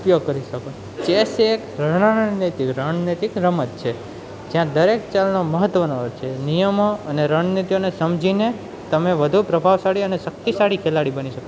ઉપયોગ કરી શકો ચેસ એક રણનૈતિક રણનીતિક રમત છે જ્યાં દરેક ચાલને મહત્ત્વના હોય છે નિયમો અને રણનીતિઓને સમજીને તમે વધુ પ્રભાવશાળી અને શક્તિશાળી ખેલાડી બની શકો